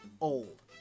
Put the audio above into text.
old